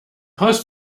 haus